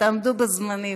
תעמדו בזמנים.